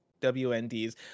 WNDs